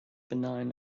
benign